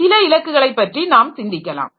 சில இலக்குகளை பற்றி நாம் சிந்திக்கலாம்